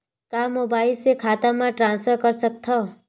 का मोबाइल से खाता म ट्रान्सफर कर सकथव?